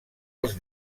els